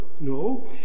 No